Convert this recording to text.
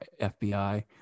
FBI